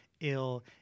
ill